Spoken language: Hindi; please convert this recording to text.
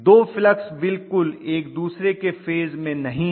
दो फ़्लक्स बिल्कुल एक दूसरे के फेज में नहीं हैं